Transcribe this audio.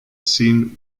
scene